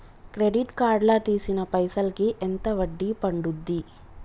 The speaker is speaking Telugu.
క్రెడిట్ కార్డ్ లా తీసిన పైసల్ కి ఎంత వడ్డీ పండుద్ధి?